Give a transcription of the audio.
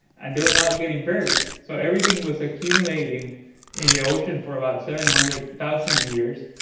and they were not getting buried. so everything was accumulating in the ocean for about seven hundred thousand years,